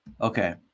Okay